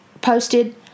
posted